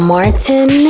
Martin